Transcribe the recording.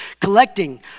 collecting